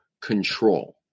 control